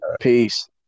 Peace